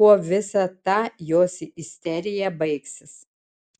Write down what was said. kuo visa ta jos isterija baigsis